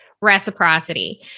reciprocity